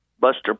Buster